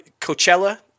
Coachella